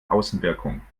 außenwirkung